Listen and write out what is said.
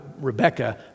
Rebecca